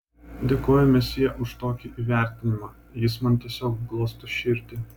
dėkoju mesjė už tokį įvertinimą jis man tiesiog glosto širdį